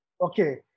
Okay